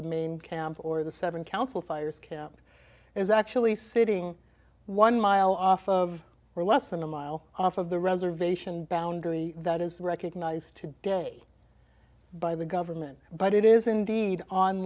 the main camp or the seven council fires capt is actually sitting one mile off of or less than a mile off of the reservation boundary that is recognized today by the government but it is indeed on